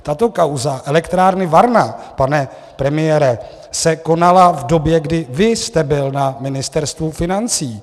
Tato kauza elektrárny Varna, pane premiére, se konala v době, kdy vy jste byl na Ministerstvu financí.